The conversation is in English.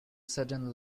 sudden